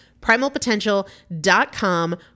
Primalpotential.com